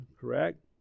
correct